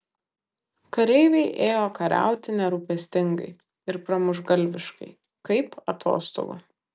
kareiviai ėjo kariauti nerūpestingai ir pramuštgalviškai kaip atostogų